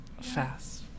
fast